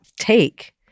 take